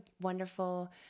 wonderful